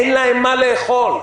אין להם מה לאכול.